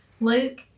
Luke